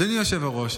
אדוני היושב-ראש,